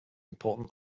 important